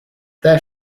there